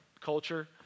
culture